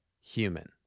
human